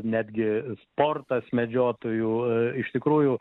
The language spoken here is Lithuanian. netgi sportas medžiotojų iš tikrųjų